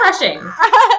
refreshing